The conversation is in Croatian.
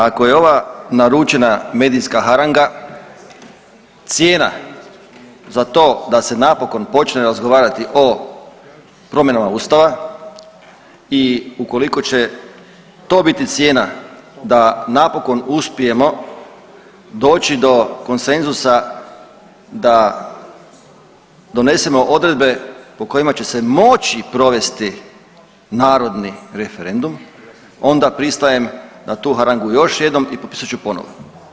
Ako je ova naručena medijska haranga cijena za to da se napokon počne razgovarati o promjenama Ustava i ukoliko će to biti cijena da napokon uspijemo doći do konsenzusa da donesemo odredbe po kojima će se moći provesti narodni referendum onda pristajem na tu harangu još jednom i potpisat ću ponovo.